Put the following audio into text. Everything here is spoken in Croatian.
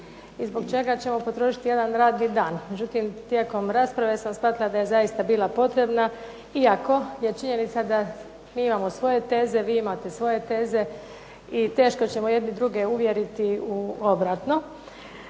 i zbog čega ćemo potrošiti jedan radni dan. međutim, tijekom rasprave sam shvatila da je zaista bila potrebna iako je činjenica da mi imamo svoje teze, vi imate svoje teze i teško ćemo jedni druge uvjeriti u obratno.